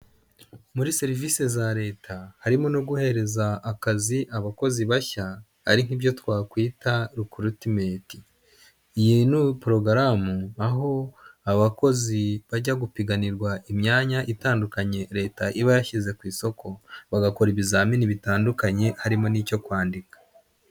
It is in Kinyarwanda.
Muri serivisi za Leta harimo no guhereza akazi abakozi bashya ari nk'ibyo twakwita rikiritimeti. Iyi ni porogaramu aho abakozi bajya gupiganirwa imyanya itandukanye Leta iba yashyize ku isoko bagakora ibizamini bitandukanye harimo n'icyo kwandika.